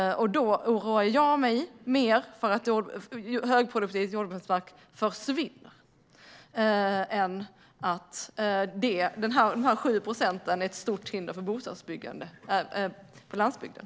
Då oroar jag mig mer för att högproduktiv jordbruksmark försvinner än för att de 7 procenten är ett stort hinder för bostadsbyggande på landsbygden.